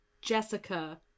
Jessica